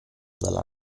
dalla